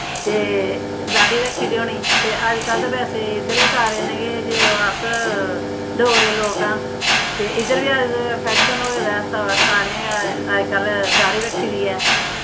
ते दाड़ी रक्खी दी होनी ते अजकल्ल बैसे इद्धर बी सारे नै केह् अस डोगरे लोक आं ते इद्धर बी अज्ज फैशन होए दा ऐ सारें गै अजकल्ल दाड़ी रक्खी दी ऐ